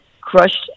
crushed